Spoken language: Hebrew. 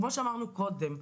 כמו שאמרנו קודם,